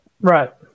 Right